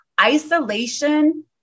isolation